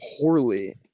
poorly